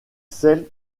celle